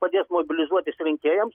padėt mobilizuotis rinkėjams